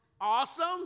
Awesome